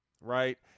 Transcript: right